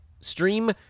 stream